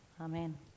amen